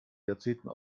jahrzehnten